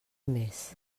més